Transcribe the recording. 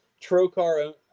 trocar